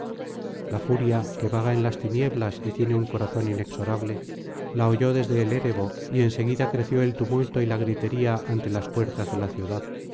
la furia que vaga en las tinieblas y tiene un corazón inexorable la oyó desde el erebo y en seguida creció el tumulto y la gritería ante las puertas de la ciudad